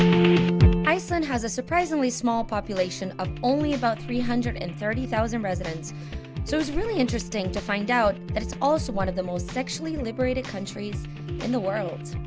iceland has a surprisingly small population of only about three hundred and thirty thousand residents so it's really interesting to find out that it's also one of the most sexually liberated countries in the world